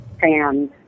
fans